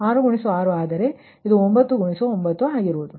J4 ವು 6 6 ಆದರೆ ಇದು 9 9 ಆಗಿರುತ್ತದೆ